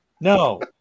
No